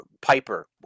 Piper